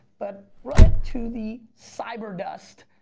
but right to the cyber dust.